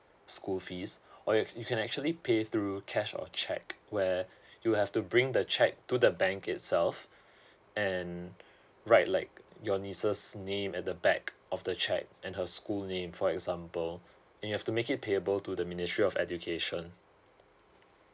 school fees or you can actually pay through cash or check where you have to bring the check to the bank itself and right like your nieces name at the back of the check and her school name for example and you have to make it payable to the ministry of education